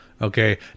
okay